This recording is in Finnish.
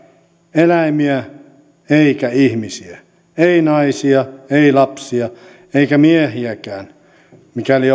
eläimiä eikä ihmisiä ei naisia ei lapsia eikä miehiäkään mikäli